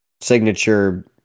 signature